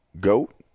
GOAT